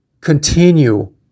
continue